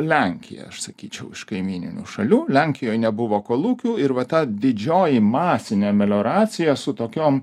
lenkija aš sakyčiau iš kaimyninių šalių lenkijoj nebuvo kolūkių ir va ta didžioji masinė melioracija su tokiom